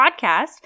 podcast